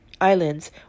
islands